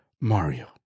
Mario